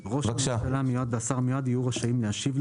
-- "ראש הממשלה המיועד והשר המיועד יהיו רשאים להשיב לו